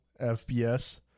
fps